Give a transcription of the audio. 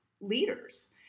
leaders